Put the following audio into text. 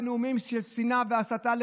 בנאומים של שנאה והסתה,